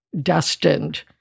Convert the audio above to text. destined